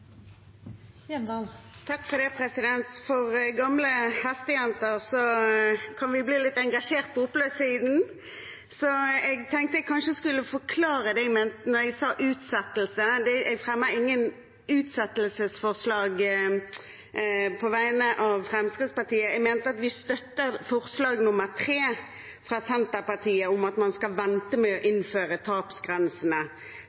gamle hestejenter kan bli litt engasjert på oppløpssiden, så jeg tenkte jeg kanskje skulle forklare hva jeg mente da jeg sa «utsettelse». Jeg fremmer ingen utsettelsesforslag på vegne av Fremskrittspartiet, jeg mente at vi støtter forslag nr. 3, fra Senterpartiet, om at man skal vente med å